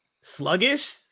sluggish